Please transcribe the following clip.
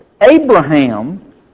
Abraham